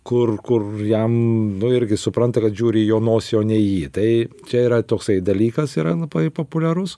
kur kur jam nu irgi supranta kad žiūri į jo nosį o ne į jį tai čia yra toksai dalykas yra labai populiarus